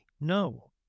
No